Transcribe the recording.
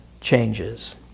changes